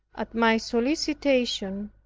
at my solicitation,